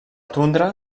tundra